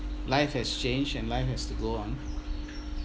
life has changed and life has to go on